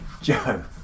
Joe